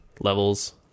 levels